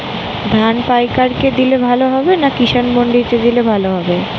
ধান পাইকার কে দিলে ভালো হবে না কিষান মন্ডিতে দিলে ভালো হবে?